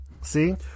See